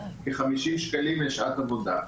כחמישים שקלים לשעת עבודה.